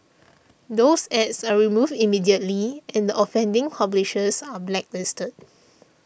those ads are removed immediately and the offending publishers are blacklisted